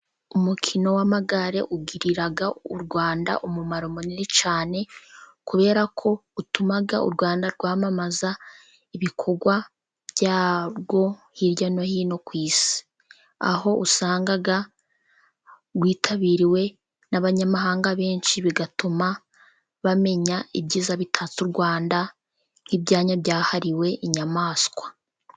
Umukino w'amagare ugirira u Rwanda umumaro munini cyane, kubera ko utuma u Rwanda rwamamaza ibikorwa byarwo hirya no hino ku isi, aho usanga witabiriwe n'abanyamahanga benshi, bigatuma bamenya ibyiza bitatse u Rwanda, nk'ibyanya byahariwe inyamaswa.